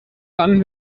dann